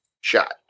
shot